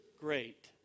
great